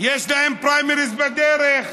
יש להם פריימריז בדרך,